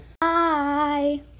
Bye